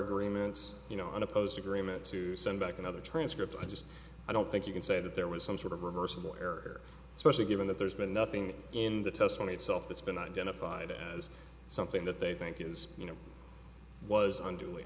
agreements you know unopposed agreement to send back another transcript i just i don't think you can say that there was some sort of reversible error especially given that there's been nothing in the testimony itself that's been identified as something that they think is you know was under